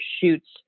shoots